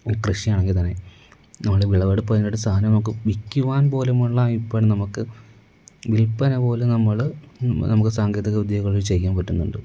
ഈ കൃഷിയാണെങ്കിൽ തന്നെ നമ്മൾ വിളവെടുപ്പ് കഴിഞ്ഞിട്ട് സാധനം നമുക്ക് വിൽക്കുവാൻ പോലുമുള്ള ഇപ്പഴും നമുക്ക് വില്പന പോലും നമ്മൾ നമുക്ക് സാങ്കേതികവിദ്യകളിൽ ചെയ്യാൻ പറ്റുന്നുണ്ട്